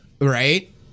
Right